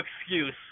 excuse